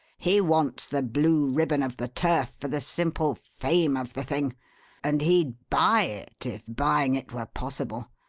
he wants the blue ribbon of the turf for the simple fame of the thing and he'd buy it if buying it were possible,